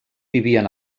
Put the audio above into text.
vivien